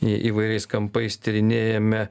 įvairiais kampais tyrinėjame